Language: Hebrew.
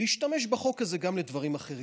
להשתמש בחוק הזה גם לדברים אחרים.